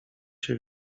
się